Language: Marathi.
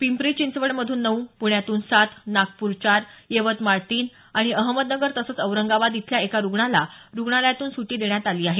पिंपरी चिंचवडमधून नऊ पुण्यातून सात नागपूर चार यवतमाळ तीन आणि अहमदनगर तसंच औरंगाबाद इथल्या एका रुग्णाला रुग्णालयातून सुटी देण्यात आली आहे